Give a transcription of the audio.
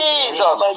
Jesus